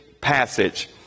passage